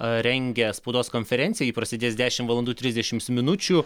rengia spaudos konferenciją ji prasidės dešimt valandų trisdešimts minučių